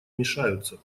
мешаются